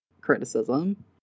criticism